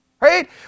Right